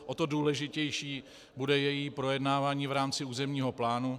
O to důležitější bude její projednávání v rámci územního plánu.